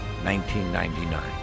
1999